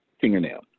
fingernail